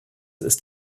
ist